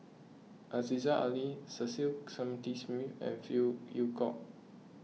Aziza Ali Cecil Clementi Smith and Phey Yew Kok